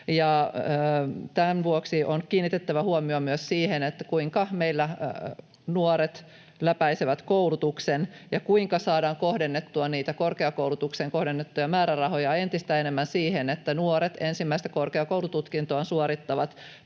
Tämän vuoksi on kiinnitettävä huomiota myös siihen, kuinka meillä nuoret läpäisevät koulutuksen ja kuinka saadaan kohdennettua niitä korkeakoulutukseen kohdennettuja määrärahoja entistä enemmän siihen, että nuoret, ensimmäistä korkeakoulututkintoa suorittavat